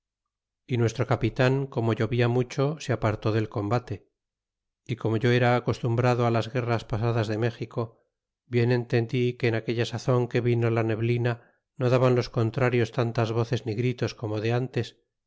y nuestro capitan como llovia mucho se apartó del combate y como yo era acostumbrado las guerras pasadas de méxico bien entendí que en aquella sazon que vino la neblina no daban los contrarios tantas voces ni gritos como de ntes